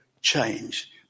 change